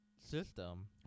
system